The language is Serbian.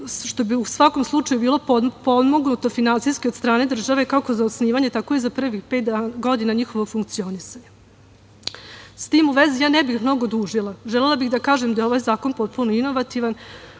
što bi u svakom slučaju bilo potpomognuto finansijski od strane države, kako za osnivanje tako i za prvih pet godina njihovog funkcionisanja.S tim u vezi, ja ne bih mnogo dužila. Želela bih da kažem da je ovaj zakon potpuno inovativan,